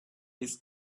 his